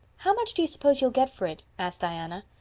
how much do you suppose you'll get for it? asked diana.